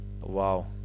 wow